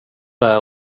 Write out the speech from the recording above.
där